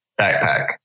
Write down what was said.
backpack